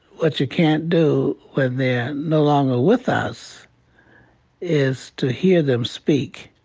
what you can't do when they're no longer with us is to hear them speak.